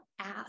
ask